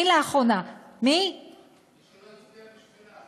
מי שלא הצביע בשבילם.